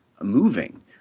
moving